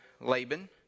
Laban